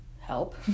help